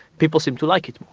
people seem to like it.